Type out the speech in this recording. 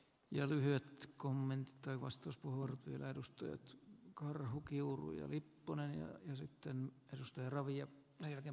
ne lyhyet kommentit tai vastus puhunut vielä edustanut karhu kiuruja lipponen ja sitten edustaja titanicin kannella